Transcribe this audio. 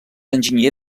enginyer